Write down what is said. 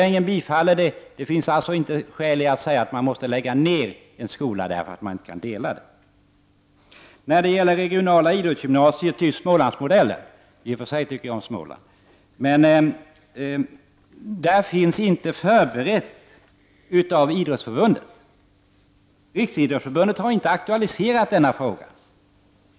Det finns inte skäl att säga att en skola måste läggas ned därför att den inte får ha mindre klasser. När det gäller regionala idrottsgymnasier av den s.k. Smålandsmodellen — jag tycker i och för sig om Småland — finns inte något förslag förberett av Riksidrottsförbundet. Riksidrottsförbundet har inte aktualiserat denna fråga.